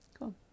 cool